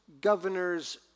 governors